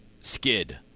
skid